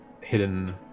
hidden